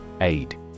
Aid